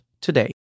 today